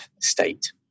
state